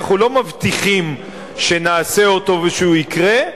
אנחנו לא מבטיחים שנעשה אותו ושהוא יקרה,